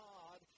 God